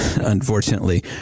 unfortunately